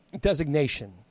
designation